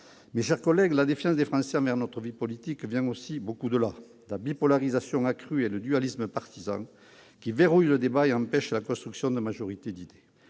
Mes chers collègues, la défiance des Français envers notre vie politique vient aussi beaucoup de là : la bipolarisation accrue et le dualisme partisan, qui verrouille le débat et empêche la construction de majorités d'idées